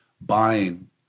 buying